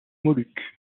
moluques